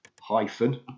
hyphen